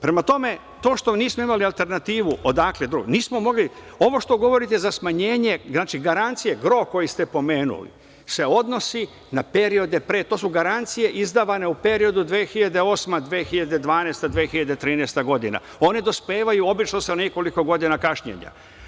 Prema tome, to što nismo imali alternativu, odakle, nismo mogli, ovo što govorite za smanjenje znači garancije, gro koji ste pomenuli se odnosi na periode pre, to su garancije izdavane u periodu od 2008, 2012, 2013. godina, one dospevaju obično sa nekoliko godina kašnjenja.